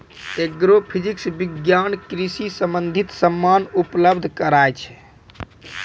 agrophysics विज्ञान कृषि संबंधित समान उपलब्ध कराय छै